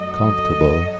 comfortable